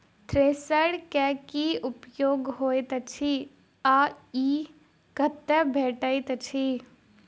Thresher केँ की उपयोग होइत अछि आ ई कतह भेटइत अछि?